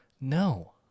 no